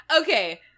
okay